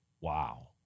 Wow